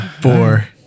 Four